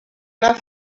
anar